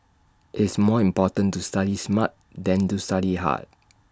IT is more important to study smart than to study hard